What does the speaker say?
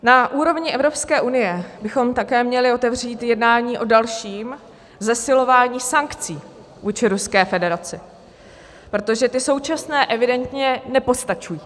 Na úrovni Evropské unie bychom také měli otevřít jednání o dalším zesilování sankcí vůči Ruské federaci, protože ty současné evidentně nepostačují.